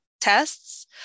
tests